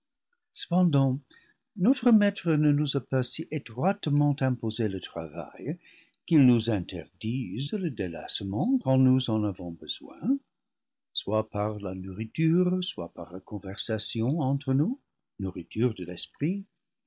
cependant notre maître ne nous a pas si étroitement imposé le travail qu'il nous interdise le délassement quand nous en avons besoin soit par la nourriture soit par la conversation entre nous